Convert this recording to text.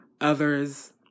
others